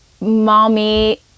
mommy